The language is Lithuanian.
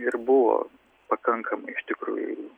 ir buvo pakankamai iš tikrųjų